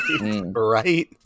Right